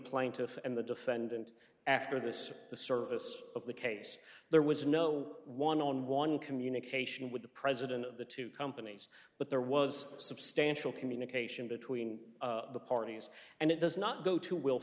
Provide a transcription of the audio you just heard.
plaintiff and the defendant after this the service of the case there was no one on one communication with the president of the two companies but there was substantial communication between the parties and it does not go to will